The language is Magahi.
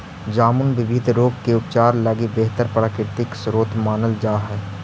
जामुन विविध रोग के उपचार लगी बेहतर प्राकृतिक स्रोत मानल जा हइ